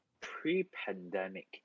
pre-pandemic